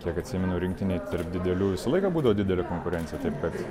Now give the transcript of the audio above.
kiek atsimenu rinktinėj tarp didelių visą laiką būdavo didelė konkurencija taip kad